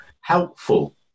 helpful